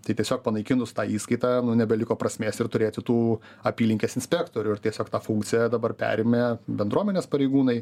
tai tiesiog panaikinus tą įskaitą nu nebeliko prasmės ir turėti tų apylinkės inspektorių ir tiesiog tą funkciją dabar perėmė bendruomenės pareigūnai